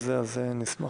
אני אשמח.